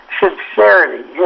sincerity